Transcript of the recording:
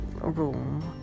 room